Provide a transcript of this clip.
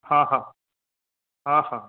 हा हा हा हा